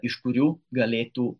iš kurių galėtų